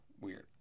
Weird